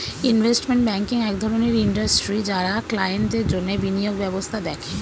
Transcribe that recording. investment banking এক ধরণের industry যারা ক্লায়েন্টদের জন্যে বিনিয়োগ ব্যবস্থা দেখে